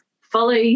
follow